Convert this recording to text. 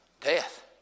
Death